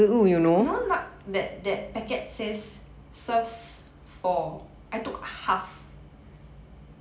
you know la~ that that packet says serves four I took half